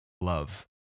love